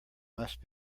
must